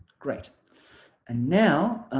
great and now